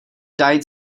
died